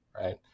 right